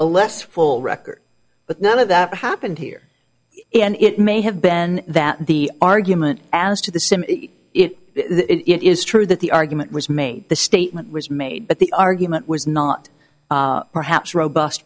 a less full record but none of that happened here and it may have been that the argument as to the sim it is true that the argument was made the statement was made but the argument was not perhaps robust